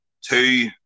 two